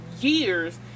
years